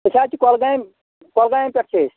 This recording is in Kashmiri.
أسی حظ چھِ کۄلگامہِ کۄلگامہِ پٮ۪ٹھ چھِ أسۍ